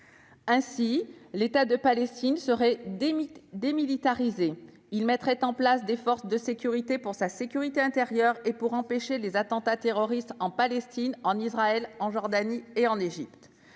Ainsi, l'État de Palestine serait démilitarisé. Il mettrait en place des forces de sécurité pour sa sécurité intérieure et pour empêcher les attentats terroristes en Palestine, en Israël, en Jordanie et en Égypte.